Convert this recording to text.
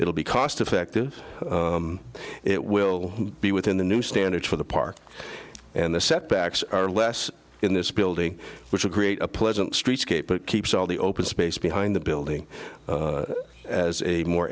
will be cost effective it will be within the new standards for the park and the setbacks are less in this building which will create a pleasant streetscape it keeps all the open space behind the building as a more